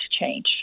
change